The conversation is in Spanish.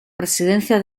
presidencia